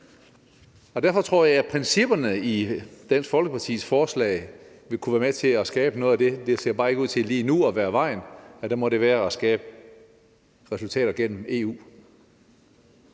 derfor tror jeg, at principperne i Dansk Folkepartis forslag vil kunne være med til at skabe noget af det. Det ser bare ikke ud til lige nu at være vejen frem, men det må være at skabe resultater gennem EU.